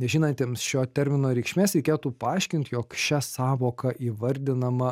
nežinantiems šio termino reikšmės reikėtų paaiškint jog šia sąvoka įvardinama